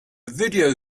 video